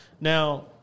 Now